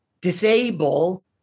disable